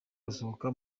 gusohoka